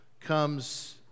comes